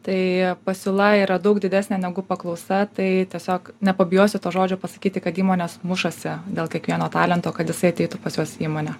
tai pasiūla yra daug didesnė negu paklausa tai tiesiog nepabijosiu to žodžio pasakyti kad įmonės mušasi dėl kiekvieno talento kad jisai ateitų pas juos į įmonę